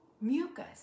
mucus